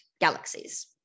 galaxies